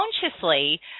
consciously